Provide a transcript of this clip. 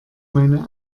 meine